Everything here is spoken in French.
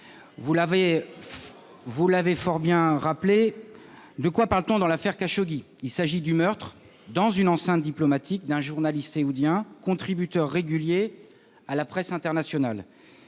Vous l'avez fort bien rappelé, il s'agit, avec l'affaire Khashoggi, du meurtre, dans une enceinte diplomatique, d'un journaliste saoudien contributeur régulier à la presse internationale.